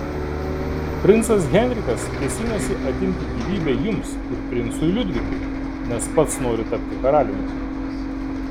princas henrikas kėsinasi atimti gyvybę jums ir princui liudvikui nes pats nori tapti karaliumi